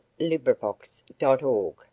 LibriVox.org